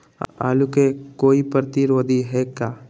आलू के कोई प्रतिरोधी है का?